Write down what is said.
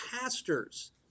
pastors